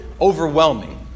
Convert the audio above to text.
overwhelming